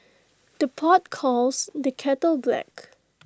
the pot calls the kettle black